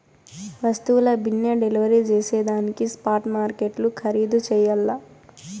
వస్తువుల బిన్నే డెలివరీ జేసేదానికి స్పాట్ మార్కెట్లు ఖరీధు చెయ్యల్ల